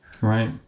Right